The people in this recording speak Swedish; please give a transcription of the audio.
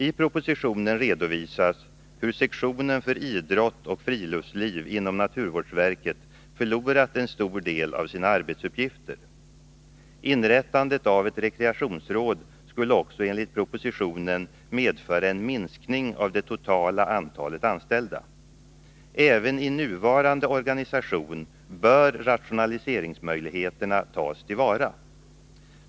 I propositionen redovisas hur sektionen för idrott och friluftsliv inom naturvårdsverket förlorat en stor del av sina arbetsuppgifter. Inrättandet av ett rekreationsråd skulle också, enligt propositionen, medföra en minskning av det totala antalet anställda. Även i nuvarande organisation bör rationaliseringsmöjligheterna tas till vara.